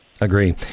Agree